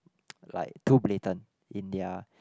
like too blatant in their